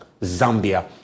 Zambia